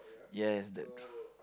yes that